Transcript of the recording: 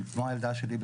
כמו הילדה שלי,